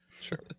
Sure